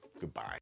goodbye